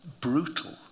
brutal